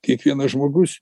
kiekvienas žmogus